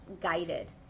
guided